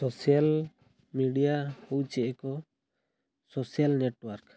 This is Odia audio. ସୋସିଆଲ୍ ମିଡ଼ିଆ ହେଉଛି ଏକ ସୋସିଆଲ୍ ନେଟୱାର୍କ